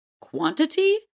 quantity